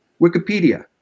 Wikipedia